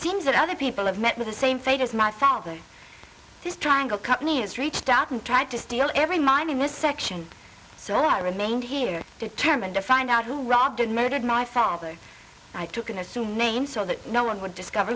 seems that other people have met with the same fate as my father this triangle company has reached out and tried to steal every minute miss section so i remained here determined to find out who robbed and murdered my father i took an assumed name so that no one would discover